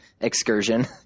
excursion